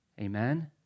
Amen